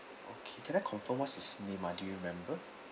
okay can I confirm what's the do you remember